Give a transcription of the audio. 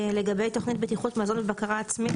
לגבי תוכנית בטיחות מזון ובקרה עצמית,